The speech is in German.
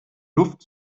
luft